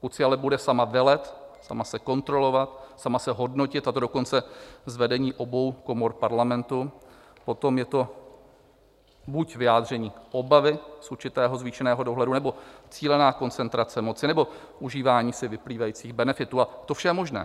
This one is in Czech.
Pokud si ale bude sama velet, sama se kontrolovat, sama se hodnotit, a to dokonce z vedení obou komor parlamentu, potom je to buď vyjádření obavy z určitého zvýšeného dohledu, nebo cílená koncentrace moci, nebo užívání si vyplývajících benefitů, a to vše je možné.